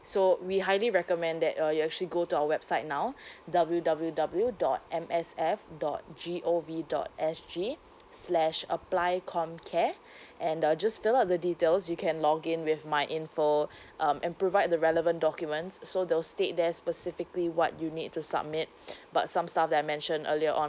so we highly recommend that uh you actually go to our website now W W W dot M S F dot G O V dot S G slash apply com care and uh just fill up the details you can login with my info um and provide the relevant documents so those state there specifically what you need to submit but some stuff that I mentioned earlier on